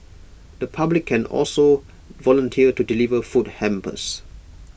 the public can also volunteer to deliver food hampers